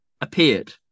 appeared